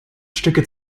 stücke